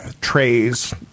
trays